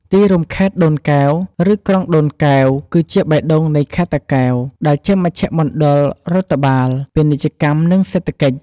ទីរួមខេត្តដូនកែវ ឬក្រុងដូនកែវ គឺជាបេះដូងនៃខេត្តតាកែវ ដែលជាមជ្ឈមណ្ឌលរដ្ឋបាល ពាណិជ្ជកម្ម និងសេដ្ឋកិច្ច។